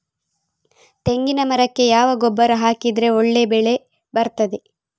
ತೆಂಗಿನ ಮರಕ್ಕೆ ಯಾವ ಗೊಬ್ಬರ ಹಾಕಿದ್ರೆ ಒಳ್ಳೆ ಬೆಳೆ ಬರ್ತದೆ?